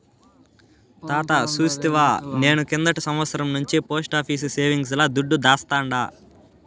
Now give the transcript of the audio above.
తాతా సూస్తివా, నేను కిందటి సంవత్సరం నుంచే పోస్టాఫీసు సేవింగ్స్ ల దుడ్డు దాస్తాండా